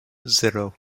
zero